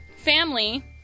family